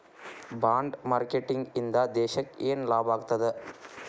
Bond marketing ಇಂದಾ ದೇಶಕ್ಕ ಯೆನ್ ಲಾಭಾಗ್ತದ?